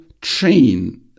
chain